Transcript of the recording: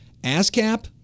ASCAP